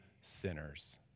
sinners